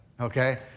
Okay